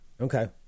okay